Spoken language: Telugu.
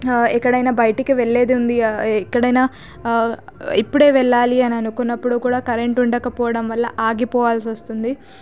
ఎక్కడైనా బయటికి వెళ్ళేది ఉంది ఎక్కడైనా ఇప్పుడే వెళ్ళాలి అని అనుకున్నప్పుడు కూడా కరెంటు ఉండకపోవటం వల్ల ఆగిపోవాల్సి వస్తుంది